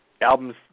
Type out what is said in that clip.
albums